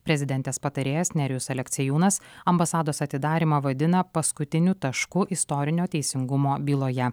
prezidentės patarėjas nerijus aleksiejūnas ambasados atidarymą vadina paskutiniu tašku istorinio teisingumo byloje